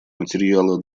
материала